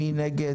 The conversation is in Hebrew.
מי נגד?